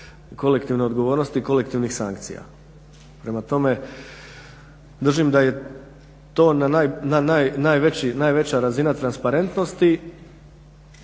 kolektivne odgovornosti i kolektivnih sankcija. Prema tome, držim da je to najveća razina transparentnosti